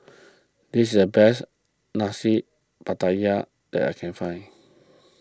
this is the best Nasi Pattaya that I can find